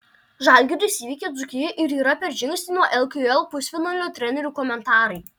žalgiris įveikė dzūkiją ir yra per žingsnį nuo lkl pusfinalio trenerių komentarai